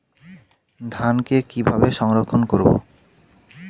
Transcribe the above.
ধানকে কিভাবে সংরক্ষণ করব?